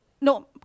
No